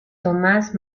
tomás